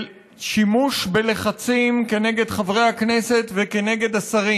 בשימוש בלחצים כנגד חברי הכנסת וכנגד השרים,